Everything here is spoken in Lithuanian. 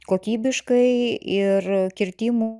kokybiškai ir kirtimų